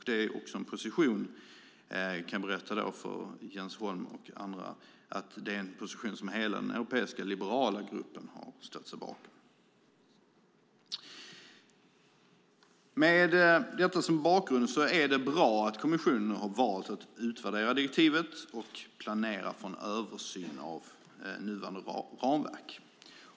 Denna position, kan jag upplysa Jens Holm och andra om, har hela den europeiska liberala gruppen ställt sig bakom. Med detta som bakgrund är det bra att kommissionen valt att utvärdera direktivet och planerar för en översyn av nuvarande ramverk.